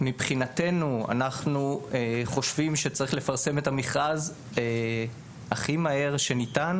ומבחינתנו אנחנו חושבים שצריך לפרסם את המכרז הכי מהר שניתן